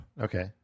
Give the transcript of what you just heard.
Okay